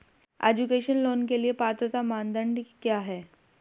Education loan के लिए पात्रता मानदंड क्या है?